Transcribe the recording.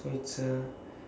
so it's uh